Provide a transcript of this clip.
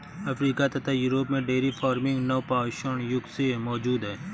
Africa तथा Europe में dairy farming नवपाषाण युग से मौजूद है